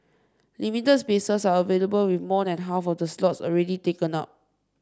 limited spaces are available with more than half of the slots already taken up